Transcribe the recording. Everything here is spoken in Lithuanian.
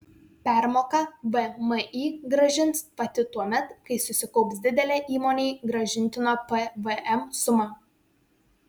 permoką vmi grąžins pati tuomet kai susikaups didelė įmonei grąžintino pvm suma